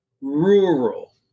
rural